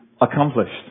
accomplished